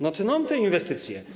No tną te inwestycje.